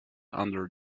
under